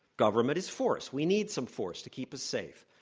government is force. we need some force to keep us safe.